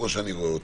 כמו שאני רואה אותו.